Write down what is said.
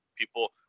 People